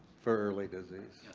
for early disease?